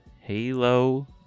Halo